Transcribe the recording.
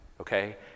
Okay